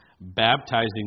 baptizing